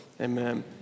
Amen